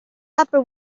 upper